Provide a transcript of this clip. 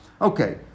Okay